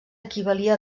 equivalia